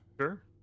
sure